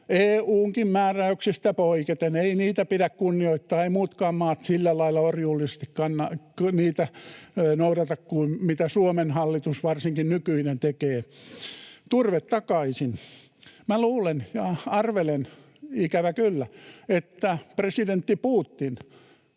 EU:nkin määräyksistä poiketen — ei niitä pidä kunnioittaa, eivät muutkaan maat sillä lailla orjallisesti niitä noudata kuin mitä Suomen hallitus, varsinkin nykyinen, tekee — eli turve takaisin. Minä luulen ja arvelen, ikävä kyllä, että presidentti Putin